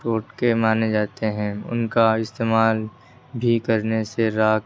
ٹوٹکے مانے جاتے ہیں ان کا استعمال بھی کرنے سے راگ